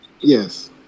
Yes